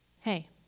Hey